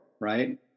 right